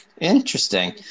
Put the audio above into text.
Interesting